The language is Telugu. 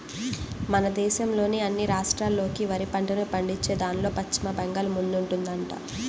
మన దేశంలోని అన్ని రాష్ట్రాల్లోకి వరి పంటను పండించేదాన్లో పశ్చిమ బెంగాల్ ముందుందంట